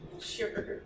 Sure